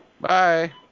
Bye